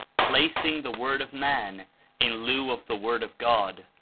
placing the word of man in lieu of the word of god,